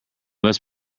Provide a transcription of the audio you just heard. must